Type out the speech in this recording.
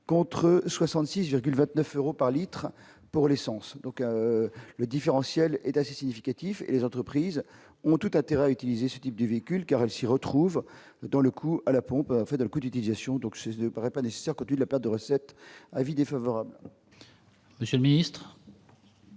contre 66,29 euros par litre pour l'essence donc le différentiel est assez significatif, les entreprises ont tout intérêt à utiliser ce type de véhicule car elle s'y retrouvent dans le coût à la pompe en fait d'un coût d'utilisation, donc c'est ça ne paraît pas nécessaire que la perte de recettes : avis défavorable. Monsieur le Ministre.